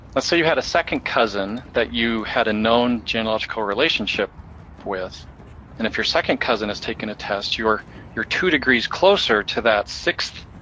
let's say you had a second cousin that you had a known genealogical relationship with. and if your second cousin has taken a test, your your two degrees closer to that sixth